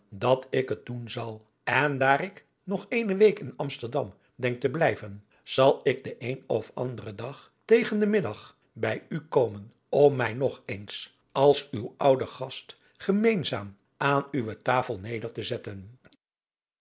dat ik het doen zal en daar ik nog eene week in amsterdam denk te blijven zal ik den een of anderen dag tegen den middag bij u komen om mij nog eens als uw oude gast gemeenzaam aan uwe tasel neder te zetten